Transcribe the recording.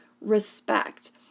respect